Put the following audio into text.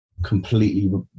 completely